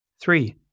Three